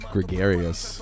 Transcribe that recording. Gregarious